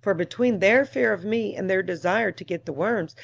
for between their fear of me and their desire to get the worms,